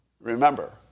remember